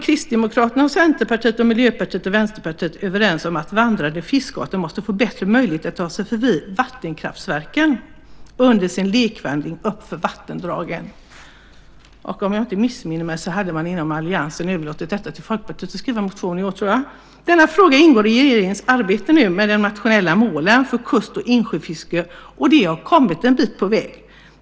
Kristdemokraterna, Centerpartiet, Miljöpartiet och Vänsterpartiet är överens om att vandrande fiskarter måste få bättre möjligheter att ta sig förbi vattenkraftverken under sin lekvandring uppför vattendragen. Om jag inte missminner mig hade man inom alliansen i år överlåtit till Folkpartiet att motionera om detta. Denna fråga ingår nu i regeringens arbete med de nationella målen för kust och insjöfiske, och det arbetet har kommit en bit på väg.